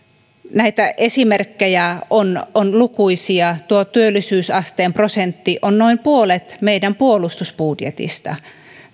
näitä esimerkkejä on on lukuisia tuo työllisyysasteen prosentti on noin puolet meidän puolustusbudjetista